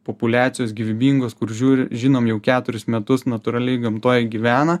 populiacijos gyvybingos kur žiūri žinom jau keturis metus natūraliai gamtoje gyvena